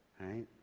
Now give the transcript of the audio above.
right